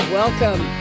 welcome